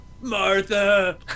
Martha